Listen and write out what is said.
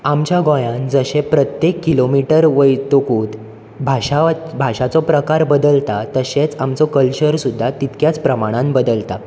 आमच्या गोंयांन जशें प्रत्येक किलोमिटर वयतकूच भाशा भाशाचो प्रकार बदलता तशेंच आमचो कल्चर सुद्दां तितक्याच प्रमाणान बदलता